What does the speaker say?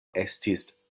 estis